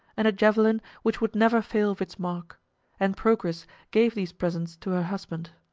and a javelin which would never fail of its mark and procris gave these presents to her husband.